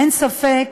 אין ספק